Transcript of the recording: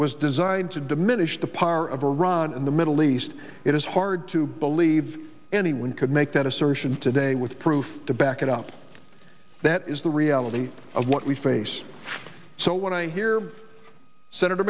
was designed to diminish the power of iran in the middle east it is hard to believe anyone could make that assertion today with proof to back it up that is the reality of what we face so when i hear senator